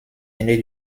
aînée